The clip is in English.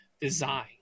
design